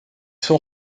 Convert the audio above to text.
sont